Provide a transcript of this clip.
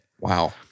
Wow